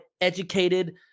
educated